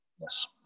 yes